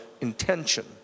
intention